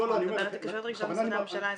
אני מדברת על התקשרויות רגישות במשרדי הממשלה האזרחיים.